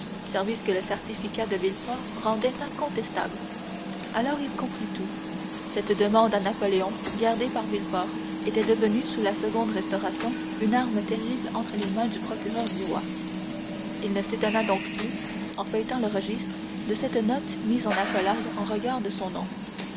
services que le certificat de villefort rendait incontestables alors il comprit tout cette demande à napoléon gardée par villefort était devenue sous la seconde restauration une arme terrible entre les mains du procureur du roi il ne s'étonna donc plus en feuilletant le registre de cette note mise en accolade en regard de son nom